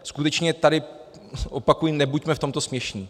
Skutečně tady opakuji, nebuďme v tomto směšní.